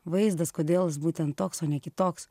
vaizdas kodėl jis būtent toks o ne kitoks